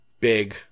Big